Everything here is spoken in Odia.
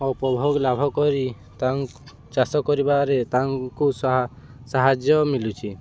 ଉପଭୋଗ ଲାଭ କରି ତା ଚାଷ କରିବାରେ ତାଙ୍କୁ ସାହାଯ୍ୟ ମିଳୁଛି